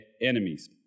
enemies